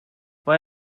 mae